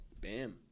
BAM